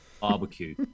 barbecue